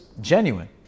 genuine